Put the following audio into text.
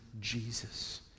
Jesus